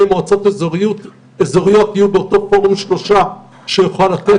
מועצות אזוריות יהיו באותו פורום שלושה שיוכל לתת.